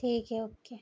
ٹھیک ہے اوکے